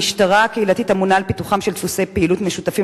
המשטרה הקהילתית אמונה על פיתוחם של דפוסי פעילות משותפים